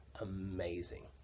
amazing